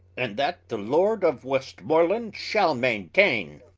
and that the lord of westmerland shall maintaine